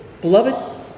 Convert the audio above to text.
Beloved